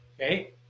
Okay